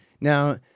Now